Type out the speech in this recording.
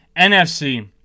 NFC